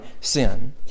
sin